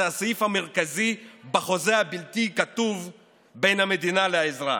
זה הסעיף המרכזי בחוזה הבלתי-כתוב בין המדינה לאזרח.